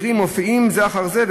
מופיעים בזה אחר זה,